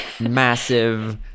massive